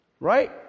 Right